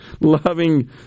loving